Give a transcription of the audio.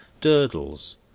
Durdles